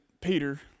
Peter